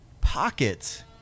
pockets